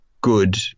good